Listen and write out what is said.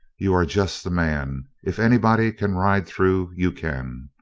you are just the man. if anybody can ride through, you can.